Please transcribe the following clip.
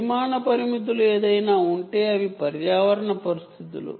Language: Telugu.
పరిమాణ పరిమితులు ఏదైనా ఉంటే అవి పర్యావరణ పరిస్థితులు